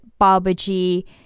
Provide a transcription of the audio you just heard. Babaji